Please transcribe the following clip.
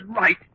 right